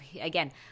Again